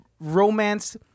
romance